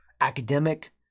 academic